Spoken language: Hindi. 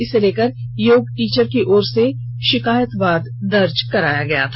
इसे लेकर योग टीचर की ओर से शिकायतवाद दर्ज कराया गया था